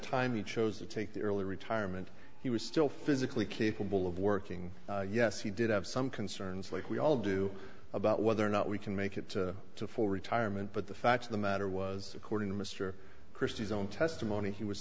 time he chose to take early retirement he was still physically capable of working yes he did have some concerns like we all do about whether or not we can make it to full retirement but the fact of the matter was according to mr christie's own testimony he was